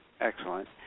Excellent